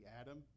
Adam